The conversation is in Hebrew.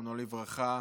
זיכרונו לברכה,